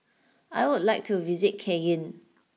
I would like to visit Cayenne